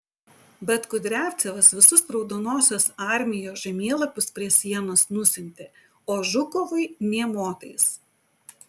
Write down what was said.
bet kudriavcevas visus raudonosios armijos žemėlapius prie sienos nusiuntė o žukovui nė motais